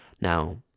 Now